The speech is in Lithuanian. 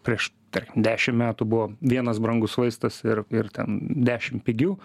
prieš tarkim dešim metų buvo vienas brangus vaistas ir ir ten dešim pigių